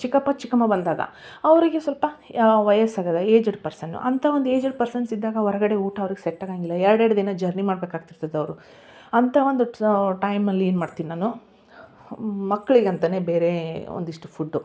ಚಿಕ್ಕಪ್ಪ ಚಿಕ್ಕಮ್ಮ ಬಂದಾಗ ಅವರಿಗೆ ಸ್ವಲ್ಪ ವಯಸ್ಸಾಗಿದೆ ಏಜ್ಡ್ ಪರ್ಸನು ಅಂತ ಏಜ್ಡ್ ಪರ್ಸನ್ಸ್ ಇದ್ದಾಗ ಹೊರಗಡೆ ಊಟ ಅವ್ರಿಗೆ ಸೆಟ್ ಆಗೋಂಗಿಲ್ಲ ಎರಡು ಎರಡು ದಿನ ಜರ್ನಿ ಮಾಡ್ಬೇಕಾಗ್ತಿತ್ತು ಅವರು ಅಂತ ಒಂದು ಟೈಮಲ್ಲಿ ಏನ್ಮಾಡ್ತೀನಿ ನಾನು ಮಕ್ಕಳಿಗೆ ಅಂತಲೇ ಬೇರೆ ಒಂದಿಷ್ಟು ಫುಡ್ಡು